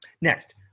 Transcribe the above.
Next